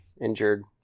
injured